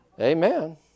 Amen